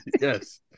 Yes